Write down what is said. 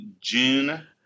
June